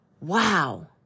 wow